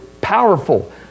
powerful